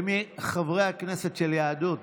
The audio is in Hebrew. חברי הכנסת של יהדות התורה,